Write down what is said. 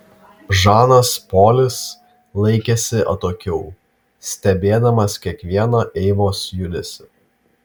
žanas polis laikėsi atokiau stebėdamas kiekvieną eivos judesį